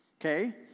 okay